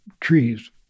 trees